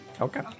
Okay